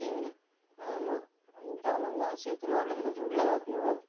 எங்களுக்கு ஆமாம் நாங்கள் கிராமம் தான் சே திருவாரூர்லேருந்து கொஞ்சம் உள்ளே வரணும்